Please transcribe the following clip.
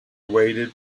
waited